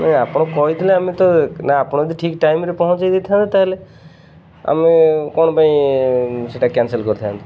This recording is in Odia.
ନାଇଁ ଆପଣ କହିଥିଲେ ଆମେ ତ ନା ଆପଣ ଯଦି ଠିକ୍ ଟାଇମ୍ରେ ପହଞ୍ଚେଇ ଦେଇଥାନ୍ତେ ତା'ହେଲେ ଆମେ କ'ଣ ପାଇଁ ସେଇଟା କ୍ୟାନସଲ୍ କରିଥାନ୍ତୁ